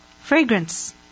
fragrance